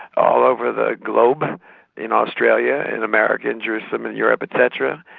all over the globe in australia, in america, in jerusalem, in europe et cetera.